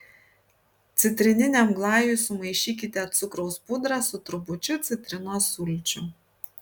citrininiam glajui sumaišykite cukraus pudrą su trupučiu citrinos sulčių